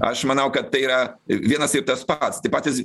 aš manau kad tai yra vienas ir tas pats tie patys